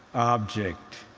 object,